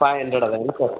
five hundred ಅದ ಏನು sir